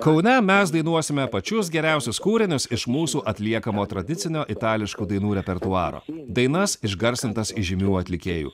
kaune mes dainuosime pačius geriausius kūrinius iš mūsų atliekamo tradicinio itališko dainų repertuaro dainas išgarsintas žymių atlikėjų